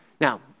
Now